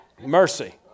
Mercy